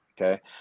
okay